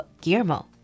Guillermo